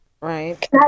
Right